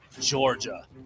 Georgia